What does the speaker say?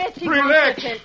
Relax